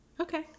Okay